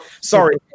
sorry